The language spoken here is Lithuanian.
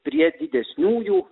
prie didesniųjų